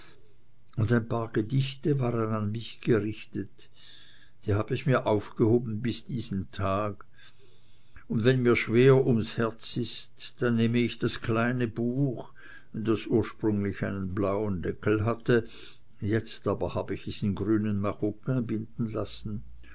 und ein paar gedichte waren an mich gerichtet die hab ich mir aufgehoben bis diesen tag und wenn mir schwer ums herz ist dann nehme ich das kleine buch das ursprünglich einen blauen deckel hatte jetzt aber hab ich es in grünen maroquin binden lassen